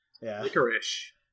Licorice